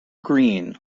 green